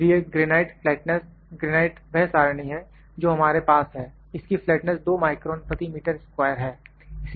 इसलिए granite flatness granite वह सारणी है जो हमारे पास है इसकी फ्लैटनेस 2 माइक्रोन प्रति मीटर स्क्वायर है